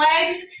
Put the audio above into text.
legs